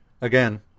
Again